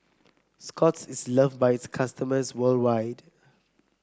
Scott's is love by its customers worldwide